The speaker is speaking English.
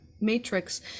matrix